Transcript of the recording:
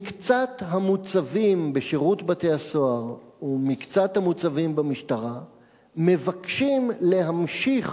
מקצת המוצבים בשירות בתי-הסוהר ומקצת המוצבים במשטרה מבקשים להמשיך